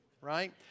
Right